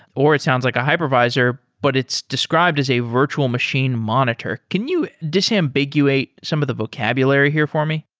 or it sounds like a hypervisor, but it's described as a virtual machine monitor. can you disambiguate some of the vocabulary here for me?